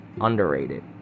Underrated